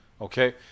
Okay